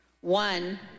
One